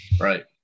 Right